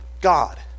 God